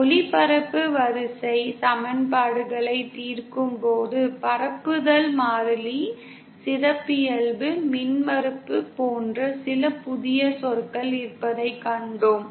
ஒலிபரப்பு வரிசை சமன்பாடுகளைத் தீர்க்கும்போது பரப்புதல் மாறிலி சிறப்பியல்பு மின்மறுப்பு போன்ற சில புதிய சொற்கள் இருப்பதைக் கண்டோம்